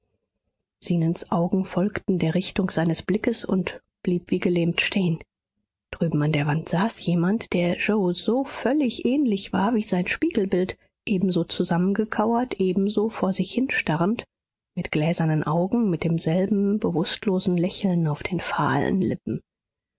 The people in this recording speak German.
zenons augen folgten der richtung seines blickes und blieb wie gelähmt stehen drüben an der wand saß jemand der yoe so völlig ähnlich war wie sein spiegelbild ebenso zusammengekauert ebenso vor sich hinstarrend mit gläsernen augen mit demselben bewußtlosen lächeln auf den fahlen lippen